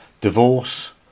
divorce